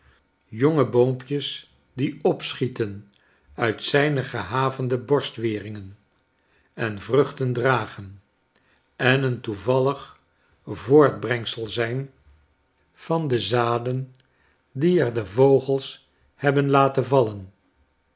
jonge boompjes dieopschieten uit zijne gehavende borstweringen en vruchten dragen en een toevallig voortbrengsel zijn rome van de zaden die er de vogels hebben laten vallen